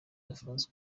francois